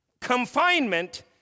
confinement